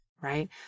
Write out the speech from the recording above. right